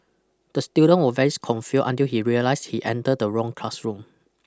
the student was very confuse until he realised he enter the wrong classroom